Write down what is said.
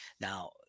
Now